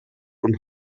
und